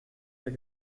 der